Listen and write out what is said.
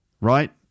right